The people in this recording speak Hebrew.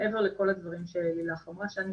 מעבר לכל הדברים שלילך אמרה שאני